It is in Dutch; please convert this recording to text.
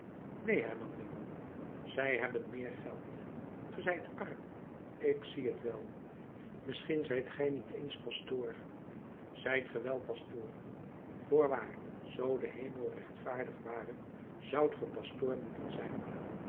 neen hernam de man zij hebben meer geld ge zijt arm ik zie t wel misschien zijt gij niet eens pastoor zijt ge wel pastoor voorwaar zoo de hemel rechtvaardig ware zoudt ge pastoor moeten zijn